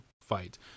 fight